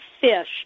fish